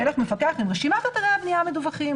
שילך מפקח עם רשימת אתרי הבנייה המדווחים,